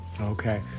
Okay